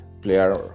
player